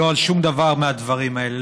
לא על שום דבר מהדברים האלה.